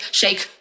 shake